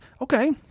okay